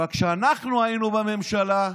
אבל כשאנחנו היינו בממשלה,